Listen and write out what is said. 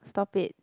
stop it